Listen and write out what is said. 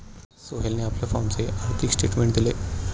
सोहेलने आपल्या फॉर्मचे आर्थिक स्टेटमेंट दिले